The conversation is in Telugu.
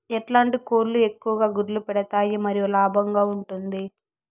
ఎట్లాంటి కోళ్ళు ఎక్కువగా గుడ్లు పెడతాయి మరియు లాభంగా ఉంటుంది?